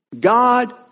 God